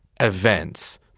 events